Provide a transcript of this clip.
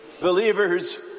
believers